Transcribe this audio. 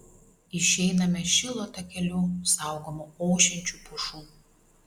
išeiname šilo takeliu saugomu ošiančių pušų